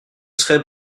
serai